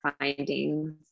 findings